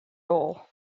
all